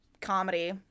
Comedy